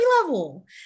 level